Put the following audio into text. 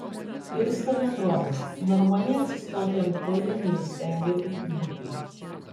irsta bendrovės normaliai atsistoti ant kojų neįstengia ūkininkai